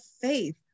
faith